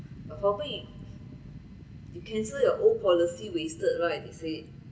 the problem in you cancel your own policy wasted right they said